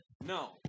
No